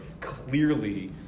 clearly